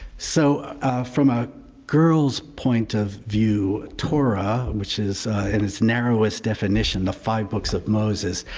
so from a girl's point of view, torah which is in its narrowest definition the five books of moses,